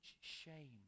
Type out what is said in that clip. shame